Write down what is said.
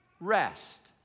rest